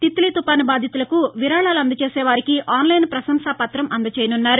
తిల్లీ తుఫాను బాధితులకు విరాళాలు అందజేసే వారికి ఆన్ లైన్ పశంసా పత్రం అందజేయనున్నారు